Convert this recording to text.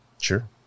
Sure